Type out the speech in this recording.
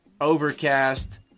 Overcast